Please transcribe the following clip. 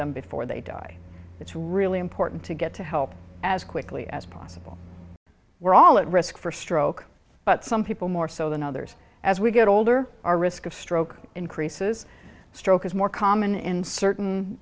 them before they die it's really important to get to help as quickly as possible we're all at risk for stroke but some people more so than others as we get older our risk of stroke increases stroke is more common in certain